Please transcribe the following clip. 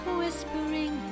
whispering